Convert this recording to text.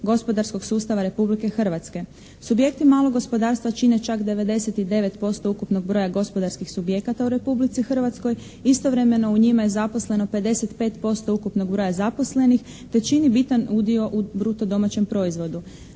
gospodarskog sustava Republike Hrvatske. Subjekti malog gospodarstva čine čak 99% ukupnog broja gospodarskih subjekata u Republici Hrvatskoj. Istovremeno, u njima je zaposleno 55% ukupnog broja zaposlenih, te čini bitan udio u bruto domaćem proizvodu.